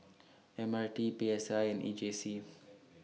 M R T P S I and E J C